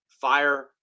fire